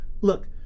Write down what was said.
Look